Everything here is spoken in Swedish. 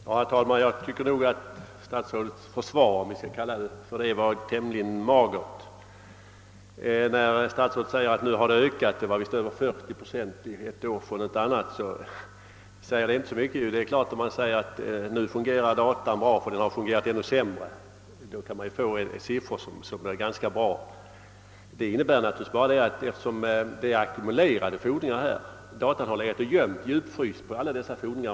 Herr talman! Jag tycker att statsrådets »försvar» var tämligen magert. Att indrivningsresultatet har ökat — det var visst 40 procent från ett år till ett annat — säger egentligen inte så mycket. Man kan naturligtvis säga att databehandlingen nu fungerar bättre eftersom den har fungerat sämre tidigare. Det rör sig emellertid om ackumulerade fordringar — datan har gömt alla dessa fordringar.